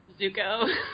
Zuko